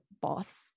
boss